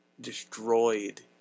destroyed